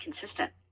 consistent